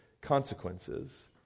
consequences